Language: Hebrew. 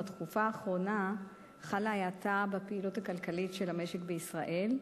בתקופה האחרונה חלה האטה בפעילות הכלכלית של המשק בישראל,